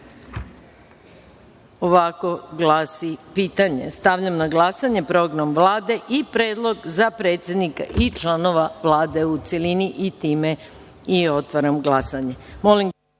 glasi pitanje. Stavljam na glasanje Program Vlade i predlog za predsednika i članova Vlade, u celini. Time otvaram glasanje. Molim